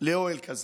לאוהל כזה.